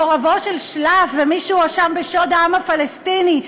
מקורבו של שלאף ומי שהואשם בשוד העם הפלסטיני,